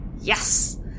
Yes